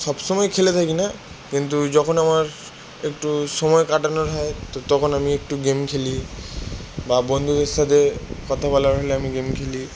সব সময় খেলে থাকি না কিন্তু যখন আমার একটু সময় কাটানোর হয় তো তখন আমি একটু গেম খেলি বা বন্ধুদের সাথে কথা বলার হলে আমি গেম খেলি